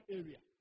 area